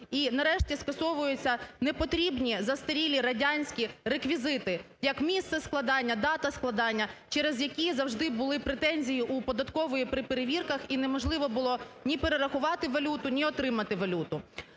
І, нарешті, скасовуються не потрібні застарілі радянські реквізити: як місце складання, дата складання, через які завжди були претензії у податкової при перевірках, і неможливо було ні перерахувати валюту, ні отримати валюту.